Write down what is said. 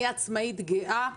אני עצמאית גאה,